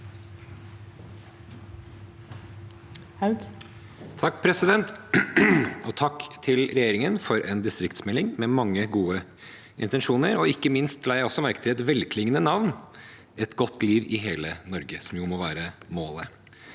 (MDG) Takk til regjeringen for en distriktsmelding med mange gode intensjoner. Ikke minst la jeg merke til et velklingende navn, «Eit godt liv i heile Noreg», som jo må være målet.